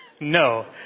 no